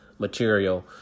material